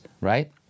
right